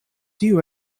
tiu